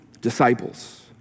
disciples